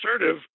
assertive